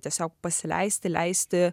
tiesiog pasileisti leisti